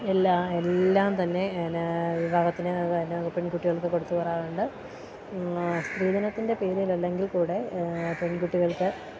എല്ലാം എല്ലാം തന്നെ വിവാഹത്തിന് പെൺകുട്ടികൾക്ക് കൊടുത്തുവിടാറുണ്ട് സ്ത്രീധനത്തിൻ്റെ പേരിലല്ലെങ്കിൽക്കൂടെ പെൺകുട്ടികൾക്ക്